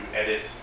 edit